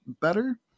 better